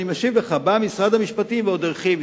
אני משיב לך: בא משרד המשפטים ועוד הרחיב.